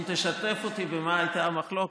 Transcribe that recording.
אם תשתף אותי במה הייתה המחלוקת,